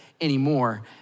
anymore